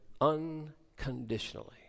unconditionally